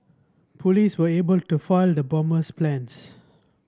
police were able to foil the bomber's plans